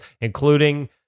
including